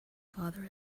father